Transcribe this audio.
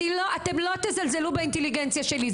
אתם לא תזלזלו באינטליגנציה שלי.